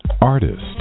Artist